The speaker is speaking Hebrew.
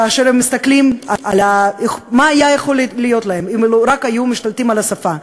כאשר הם מסתכלים על מה היה יכול להיות להם אילו רק היו משתלטים על השפה,